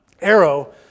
arrow